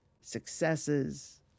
successes